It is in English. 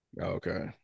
Okay